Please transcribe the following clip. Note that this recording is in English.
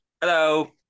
Hello